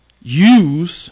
use